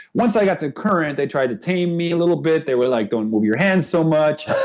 once i got to current, they tried to tame me a little bit. they were like, don't move your hands so much.